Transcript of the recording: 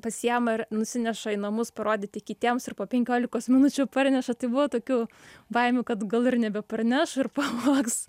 pasiėma ir nusineša į namus parodyti kitiems ir po penkiolikos minučių parneša tai buvo tokių baimių kad gal ir nebeparneš ir pavogs